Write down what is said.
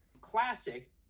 Classic